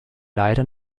leider